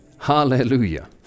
Hallelujah